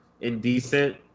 indecent